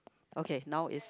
okay now is